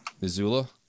Missoula